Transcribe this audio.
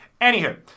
Anywho